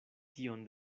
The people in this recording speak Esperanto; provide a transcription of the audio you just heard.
tion